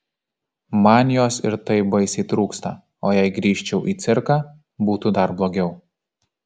man jos ir taip baisiai trūksta o jei grįžčiau į cirką būtų dar blogiau